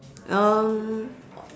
um